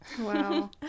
Wow